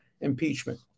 impeachment